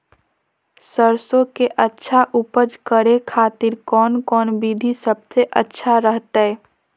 सरसों के अच्छा उपज करे खातिर कौन कौन विधि सबसे अच्छा रहतय?